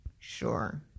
Sure